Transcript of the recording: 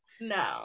No